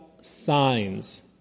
signs